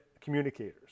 communicators